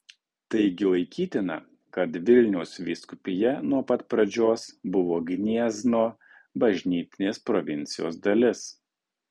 taigi laikytina kad vilniaus vyskupija nuo pat pradžios buvo gniezno bažnytinės provincijos dalis